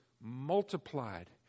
multiplied